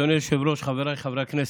אדוני היושב-ראש, חבריי חברי הכנסת,